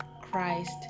Christ